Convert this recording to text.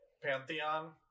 pantheon